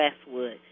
Westwood